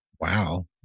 Wow